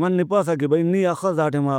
منپسہ کہ بھئی نی اخس دا ٹائما